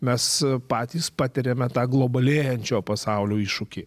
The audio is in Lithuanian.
mes patys patiriame tą globalėjančio pasaulio iššūkį